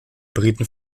briten